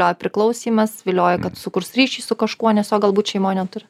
gal priklausymas vilioja kad sukurs ryšį su kažkuo nes jo galbūt šeimoj neturi